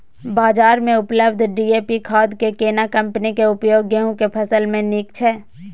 बाजार में उपलब्ध डी.ए.पी खाद के केना कम्पनी के उपयोग गेहूं के फसल में नीक छैय?